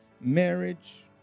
Marriage